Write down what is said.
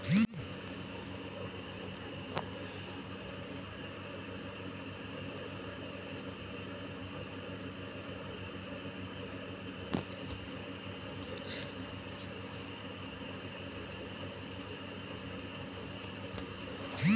मै हर खेती म धान के शुरू से आखिरी तक कोन औजार के उपयोग करते जो सरल अउ सटीक हवे?